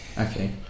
okay